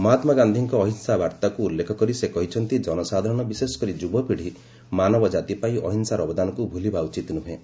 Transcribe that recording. ମହାତ୍ମାଗାନ୍ଧିଙ୍କ ଅହିଂସା ବାର୍ତ୍ତାକୁ ଉଲ୍ଲେଖ କରି ସେ କହିଛନ୍ତି ଜନସାଧାରଣ ବିଶେଷକରି ଯୁବପିଢ଼ି ମାନବ ଜାତିପାଇଁ ଅହିଂସାର ଅବଦାନକୁ ଭୁଲିବା ଉଚିତ ନୁହେଁ